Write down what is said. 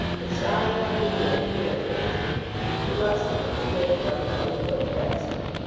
the sigh ing of the wind irritates me the rustling of the maple under my window frets me.